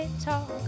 talk